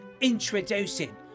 Introducing